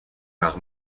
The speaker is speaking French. par